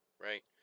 right